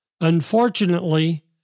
Unfortunately